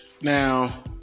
Now